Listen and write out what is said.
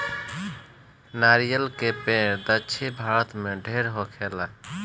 नरियर के पेड़ दक्षिण भारत में ढेर होखेला